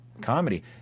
comedy